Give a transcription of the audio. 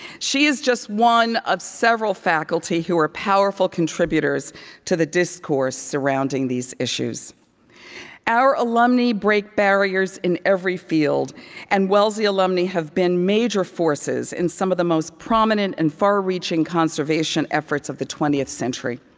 she is just one of several faculty who are powerful contributors to the discourse surrounding these issues our alumnae break barriers in every field and wellesley alumnae have been major forces in some of the most prominent and far-reaching conservation efforts of the twentieth century.